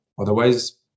Otherwise